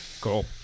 Cool